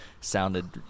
sounded